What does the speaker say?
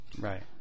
Right